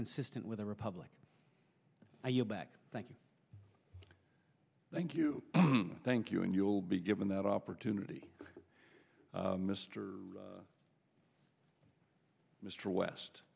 consistent with the republic and you back thank you thank you thank you and you'll be given that opportunity mr mr west